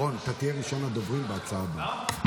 רון, אתה תהיה ראשון הדוברים בהצעה הבאה.